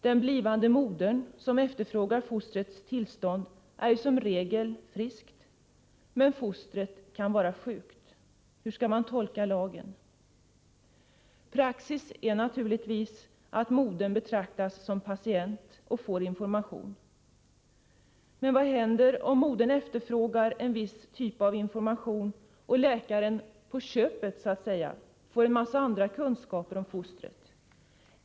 Den blivande modern, som efterfrågar fostrets tillstånd, är som regel frisk, men fostret kan vara sjukt. Hur skall man tolka lagen? Praxis är naturligtvis att modern betraktas som patient och får information. Men vad händer om modern efterfrågar en viss typ av information och läkaren ”på köpet” får andra kunskaper om fostret?